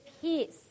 Peace